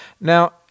Now